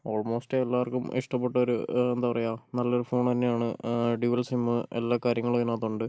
almost എല്ലാവർക്കും ഇഷ്ടപ്പെട്ടൊരു എന്താ പറയുക നല്ലൊരു ഫോണ് തന്നെയാണ് ഡ്യുവൽ സിം എല്ലാ കാര്യങ്ങളും അതിനകത്തുണ്ട്